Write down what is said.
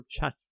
chat